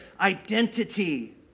identity